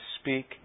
speak